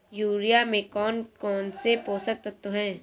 Urea में कौन कौन से पोषक तत्व है?